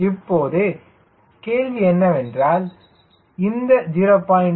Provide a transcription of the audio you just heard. இப்போது கேள்வி என்னவென்றால் இது 0